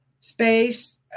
space